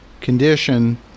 condition